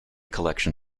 collection